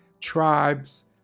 tribes